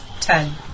Ten